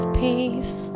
peace